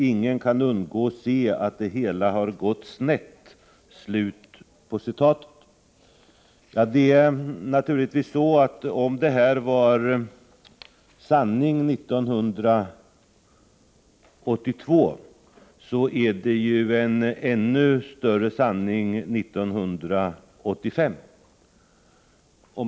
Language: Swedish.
Ingen kan undgå att se att det hela gått snett.” Om detta var sanning 1982 så är det en ännu större sanning 1985.